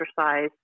exercise